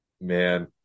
man